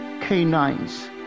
canines